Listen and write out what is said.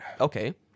okay